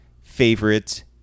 favorite